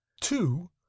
two